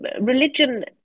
religion